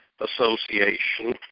association